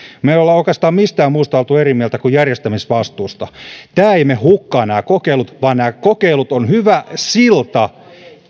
me emme ole oikeastaan mistään muusta olleet eri mieltä kuin järjestämisvastuusta nämä kokeilut eivät mene hukkaan vaan nämä kokeilut ovat hyvä silta